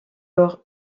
leur